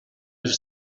have